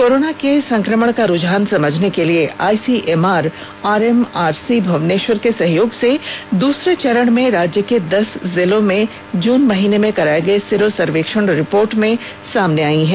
corona के संक्रमण का रुझान समझने के लिए आईसीएमआर आरएमआरसी मुवनेश्वर के सहयोग से दूसरे चरण में राज्य के दस जिलों में जून महीने में कराए गए सिरो सर्वेक्षण रिपोर्ट में सामने आई है